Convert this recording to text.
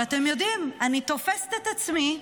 ואתם יודעים, אני תופסת את עצמי,